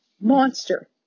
monster